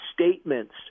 statements